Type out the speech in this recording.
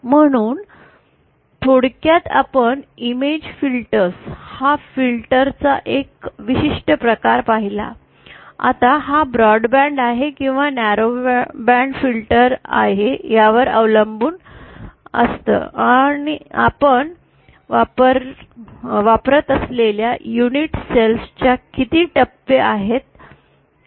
म्हणून थोडक्यात आपण इमेज फिल्टर्स हा फिल्टर चा एक विशिष्ट प्रकार पाहिला आता हा ब्रॉडबँड आहे किंवा न्यारो बँड फिल्टर यावर अवलंबून असत आपण वापरत असलेल्या युनिट सेल्स च्या किती टप्प्या आहेत